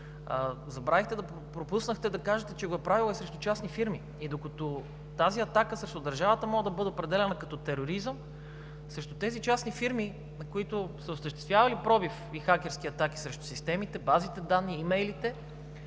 институции, пропуснахте да кажете, че го е правила и срещу частни фирми. Докато тази атака срещу държавата може да бъде определена като тероризъм срещу тези частни фирми, на които са осъществявали пробив и хакерски атаки срещу системите, базите данни, имейлите,